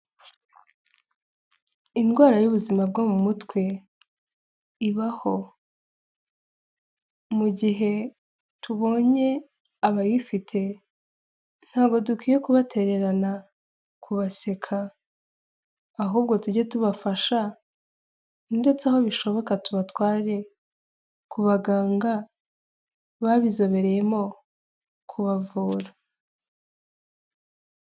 Indwara y'ubuzima bwo mu mutwe ibaho. Mu gihe tubonye abayifite ntabwo dukwiye kubatererana, kubaseka ahubwo tujye tubafasha ndetse aho bishoboka tubatware kubaganga babizobereyemo kubavura.